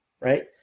right